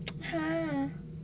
!huh!